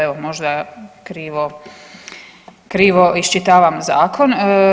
Evo možda krivo, krivo iščitavam zakon.